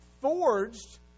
forged